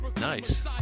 nice